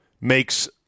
makes